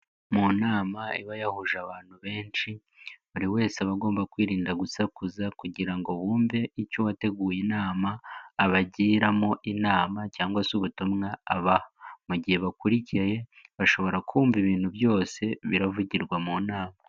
Mu nama iba yahuje abantu benshi, buri wese agomba kwirinda gusakuza kugira ngo bumve icyo wateguye inama abagiramo inama cyangwa se ubutumwa abaha. Mugihe bakurikiye, bashobora kumva ibintu byose biravugirwa mu nama.